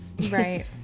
Right